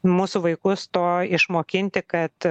mūsų vaikus to išmokinti kad